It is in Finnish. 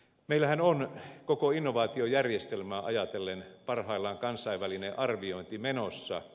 meillähän on koko innovaatiojärjestelmää ajatellen parhaillaan kansainvälinen arviointi menossa